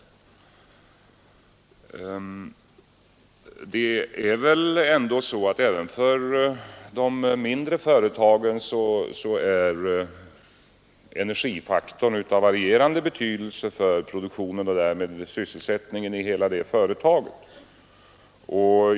Det är väl ändå så att även för ett mindre företag är energifaktorn av varierande betydelse för produktionen och därmed sysselsättningen i hela det företaget.